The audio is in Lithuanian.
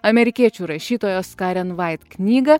amerikiečių rašytojos karen vait knygą